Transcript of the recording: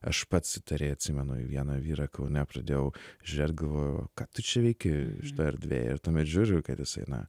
aš pats įtariai atsimenu į vieną vyrą kaune pradėjau žiūrėt galvoju o ką tu čia veiki šitoj erdvėj ir tuomet žiūriu kad jisai na